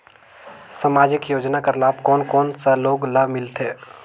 समाजिक योजना कर लाभ कोन कोन सा लोग ला मिलथे?